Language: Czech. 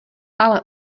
ale